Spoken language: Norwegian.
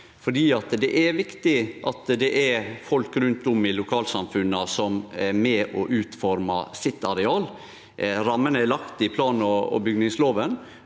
for det er viktig at folk rundt om i lokalsamfunna er med og utformar sitt areal. Rammene er lagde i plan- og bygningslova,